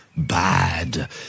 bad